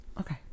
okay